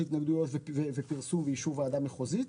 התנגדויות ופרסום ואישור ועדה מחוזית,